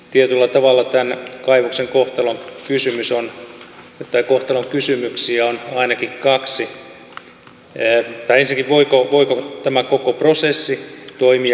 tietyllä tavalla tämän kaivoksen kohtalonkysymyksiä on ainakin kaksi tai ensinnäkin voiko tämä koko prosessi toimia kannattavasti